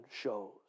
shows